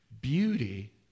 beauty